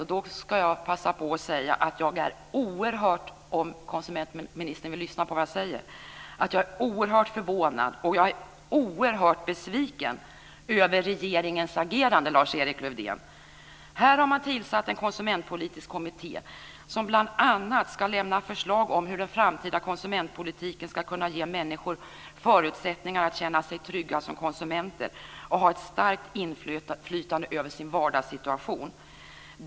Om konsumentministern vill lyssna på mig ska jag passa på att säga att jag är oerhört förvånad och besviken över regeringens agerande, Lars-Erik Lövdén. Man har tillsatt en konsumentpolitisk kommitté som bl.a. ska lämna förslag om hur den framtida konsumentpolitiken ska kunna ge människor förutsättningar att känna sig trygga som konsumenter och ha ett starkt inflytande över sin vardagssituation.